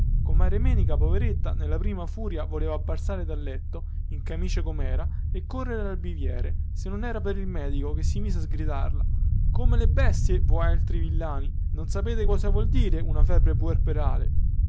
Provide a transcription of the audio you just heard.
battesimo comare menica poveretta nella prima furia voleva balzare dal letto in camicia comera e correre al biviere se non era il medico che si mise a sgridarla come le bestie voialtri villani non sapete cosa vuol dire una febbre